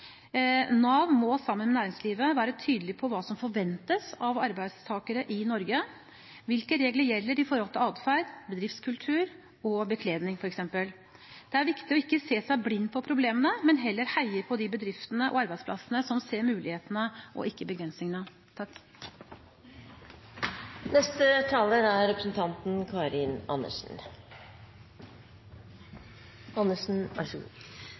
Nav må, sammen med næringslivet, være tydelig på hva som forventes av arbeidstakere i Norge – hvilke regler som gjelder, med tanke på adferd, bedriftskultur og bekledning, f.eks. Det er viktig ikke å se seg blind på problemene, men heller heie på de bedriftene og de arbeidsplassene som ser mulighetene og ikke begrensningene.